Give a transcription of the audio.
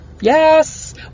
Yes